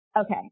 Okay